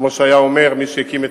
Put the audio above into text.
כמו שהיה אומר מי שהקים את